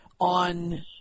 on